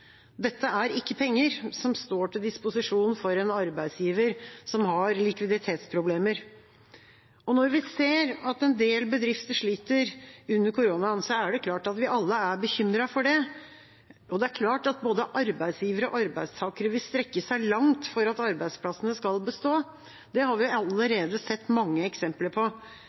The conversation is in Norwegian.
er ikke penger som står til disposisjon for en arbeidsgiver som har likviditetsproblemer. Når vi ser at en del bedrifter sliter under koronaen, er det klart at vi alle er bekymret for det. Det er klart at både arbeidsgivere og arbeidstakere vil strekke seg langt for at arbeidsplassene skal bestå, det har vi allerede sett mange eksempler på.